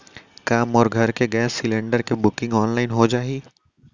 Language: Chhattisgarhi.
का मोर घर के गैस सिलेंडर के बुकिंग ऑनलाइन हो जाही?